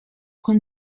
con